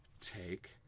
take